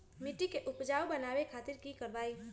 मिट्टी के उपजाऊ बनावे खातिर की करवाई?